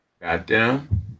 goddamn